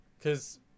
cause